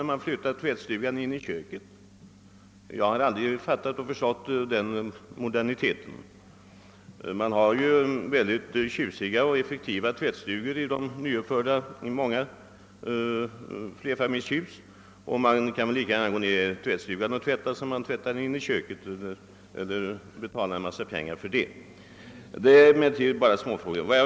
Om man flyttar tvättstugan in i köket, är detta inte någon utveckling framåt. Jag har aldrig förstått en sådan »modernitet». I många av de nyuppförda flerfamiljshusen har man mycket effektiva tvättstugor, och man kan ju lika gärna gå ned i tvättstugan för att tvätta som att göra det i köket och betala en massa pengar för denna »bekvämlighet». Men detta är dock bara småfrågor.